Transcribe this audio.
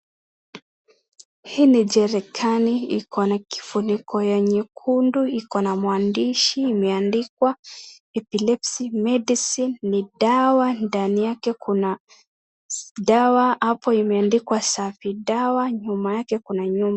Hii ni jerikani iko na kifuniko ya nyekundu iko na mwandishi imeandikwa epilepsy medicine ni dawa ndani yake kuna kuna dawa apo imeandikwa safi dawa nyuma yake kuna nyumba.